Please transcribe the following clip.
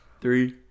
Three